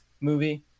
movie